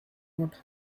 not